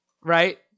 Right